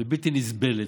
ובלתי נסבלת.